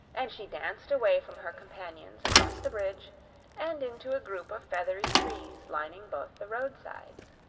and she danced away from her companions across the bridge and into a group of feathery trees lining both the roadsides.